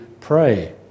pray